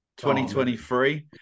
2023